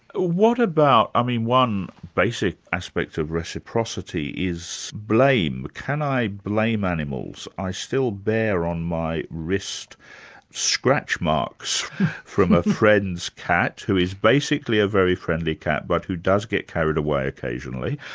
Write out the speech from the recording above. what about, i mean one basic aspect of reciprocity is blame. can i blame animals? i still bear on my wrist scratch marks from a friend's cat, who is basically a very friendly cat, but who does get carried away occasionally.